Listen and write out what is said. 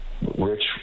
Rich